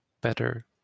better